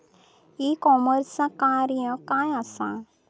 E कॉमर्सचा कार्य काय असा?